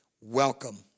welcome